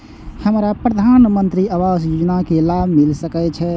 हमरा प्रधानमंत्री आवास योजना के लाभ मिल सके छे?